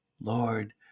lord